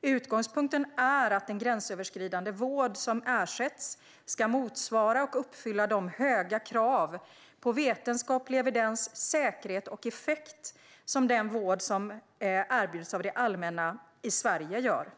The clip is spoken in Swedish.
Utgångspunkten är att den gränsöverskridande vård som ersätts ska motsvara och uppfylla de höga krav på vetenskaplig evidens, säkerhet och effekt som den vård som erbjuds av det allmänna i Sverige gör.